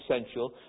essential